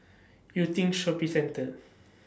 Yew teen Shopping Centre